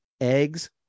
eggs